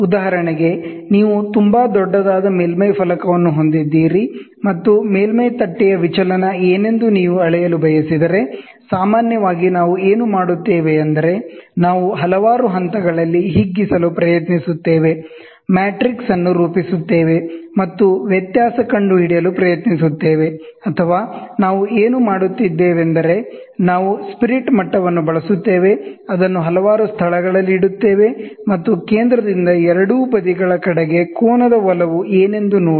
ಉದಾಹರಣೆಗೆ ನೀವು ತುಂಬಾ ದೊಡ್ಡದಾದ ಮೇಲ್ಮೈ ಫಲಕವನ್ನು ಹೊಂದಿದ್ದೀರಿ ಮತ್ತು ಮೇಲ್ಮೈ ತಟ್ಟೆಯ ವಿಚಲನ ಏನೆಂದು ನೀವು ಅಳೆಯಲು ಬಯಸಿದರೆ ಸಾಮಾನ್ಯವಾಗಿ ನಾವು ಏನು ಮಾಡುತ್ತೇವೆ ಎಂದರೆ ನಾವು ಹಲವಾರು ಹಂತಗಳಲ್ಲಿ ಹಿಗ್ಗಿಸಲು ಪ್ರಯತ್ನಿಸುತ್ತೇವೆ ಮ್ಯಾಟ್ರಿಕ್ಸ್ ಅನ್ನು ರೂಪಿಸುತ್ತೇವೆ ಮತ್ತು ವ್ಯತ್ಯಾಸ ಕಂಡುಹಿಡಿಯಲು ಪ್ರಯತ್ನಿಸುತ್ತೇವೆ ಅಥವಾ ನಾವು ಏನು ಮಾಡುತ್ತಿದ್ದೇವೆಂದರೆ ನಾವು ಸ್ಪಿರಿಟ್ ಮಟ್ಟವನ್ನ ಬಳಸುತ್ತೇವೆ ಅದನ್ನು ಹಲವಾರು ಸ್ಥಳಗಳಲ್ಲಿ ಇಡುತ್ತೇವೆ ಮತ್ತು ಕೇಂದ್ರದಿಂದ ಎರಡೂ ಬದಿಗಳ ಕಡೆಗೆ ಕೋನದ ಒಲವು ಏನೆಂದು ನೋಡಿ